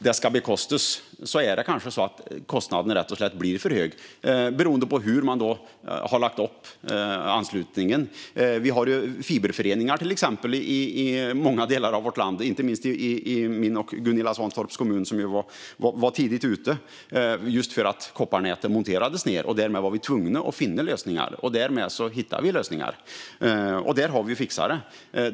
Det är kanske så att kostnaden rätt och slätt blir för hög beroende på hur man har lagt upp anslutningen. Vi har fiberföreningar, till exempel, i många delar av vårt land, inte minst i min och Gunilla Svantorps kommun, som var tidigt ute just för att kopparnäten monterades ned. Vi var därmed tvungna att finna lösningar, och vi hittade lösningar. Där har vi fixat det.